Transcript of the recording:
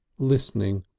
listening.